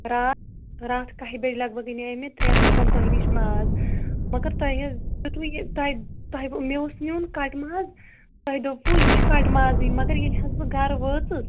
راتھ راتھ کاہہِ بجہِ لگ بھگ أناے مےٚ ترٛیٚن ہتن تۄہہِ نِش ماز مگر تۄہہِ حظ دیتوٕ یہِ تۄہہِ تۄہہِ مےٚ اوس نیون کٹہٕ ماز تۄہہِ دوٚپوٕ یہِ چھُ کَٹہٕ مازٕے مگر ییٚلہِ حظ بہٕ گرٕ وٲژٕس